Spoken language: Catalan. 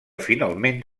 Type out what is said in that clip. finalment